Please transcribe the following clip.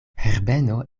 herbeno